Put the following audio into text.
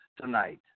tonight